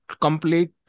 Complete